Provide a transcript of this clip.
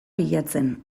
bilatzen